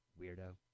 weirdo